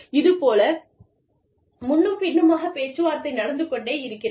இது போல முன்னும் பின்னுமாகப் பேச்சு வார்த்தை நடந்து கொண்டே இருக்கிறது